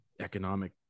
economic